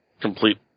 complete